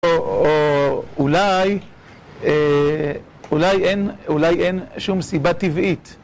או אולי, אולי אין, אולי אין שום סיבה טבעית.